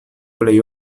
plej